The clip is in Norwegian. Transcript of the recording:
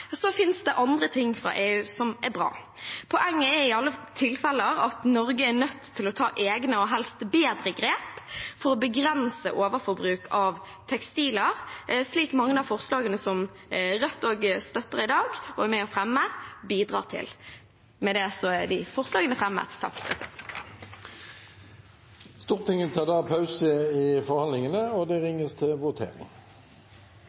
Så fins det andre ting fra EU som er bra. Poenget er i alle tilfelle at Norge er nødt til å ta egne og helst bedre grep for å begrense overforbruk av tekstiler, slik mange av forslagene som Rødt også støtter i dag, og dem Rødt er med på å fremme, bidrar til. Stortinget tar pause i forhandlingene, og det ringes til votering. Stortinget er klar til å gå til votering, og